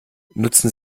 nutzen